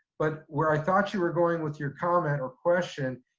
but where i thought you were going with your comment or question,